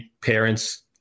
parents